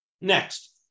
Next